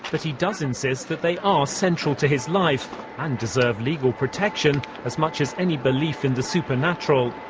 but he does insist that they are central to his life, and deserve legal protection as much as any belief in the supernatural.